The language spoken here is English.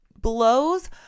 blows